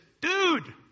dude